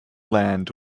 land